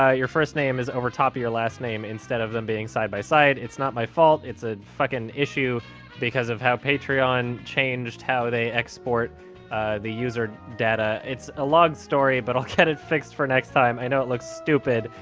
your first name is over top of your last name instead of them being side-by-side. it's not my fault, it's a fucking issue because of how patreon changed how they export the user data. it's a long story, but i'll get it fixed for next time. i know it looks stupid,